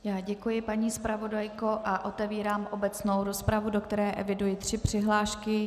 Já děkuji, paní zpravodajko, a otevírám obecnou rozpravu, do které eviduji tři přihlášky.